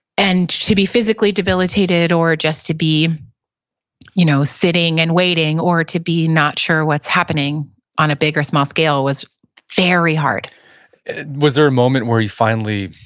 and to be physically debilitated or just to be you know sitting and waiting, or to be not sure of what's happening on a big or small scale was very hard was there a moment where he finally,